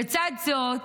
לצד זאת